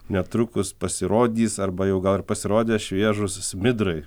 netrukus pasirodys arba jau gal ir pasirodė šviežūs smidrai